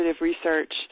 research